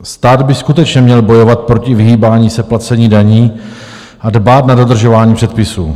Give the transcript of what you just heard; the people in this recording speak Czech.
Stát by skutečně měl bojovat proti vyhýbání se placení daní a dbát na dodržování předpisů.